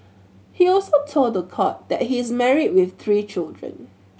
he also told the court that he is married with three children